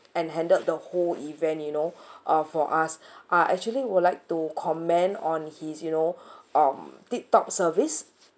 and handled the whole event you know uh for us I actually would like to comment on his you know um tip top service